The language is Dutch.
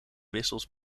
wissels